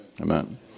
Amen